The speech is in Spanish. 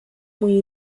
muy